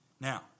Now